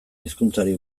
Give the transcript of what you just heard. hizkuntzari